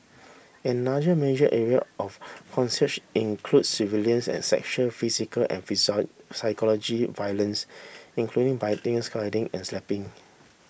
another major area of coercion include surveillance and sexual physical and psychological violence including biting scalding and slapping